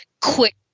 quick